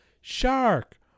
shark